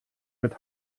mit